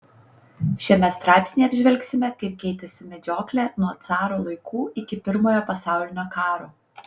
šiame straipsnyje apžvelgsime kaip keitėsi medžioklė nuo caro laikų iki pirmojo pasaulinio karo